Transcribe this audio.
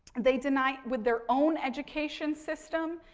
they deny with their own education system,